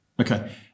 Okay